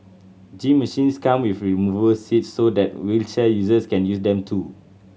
gym machines come with removable seats so that wheelchair users can use them too